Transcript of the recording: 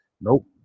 Nope